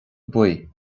buí